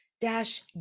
dash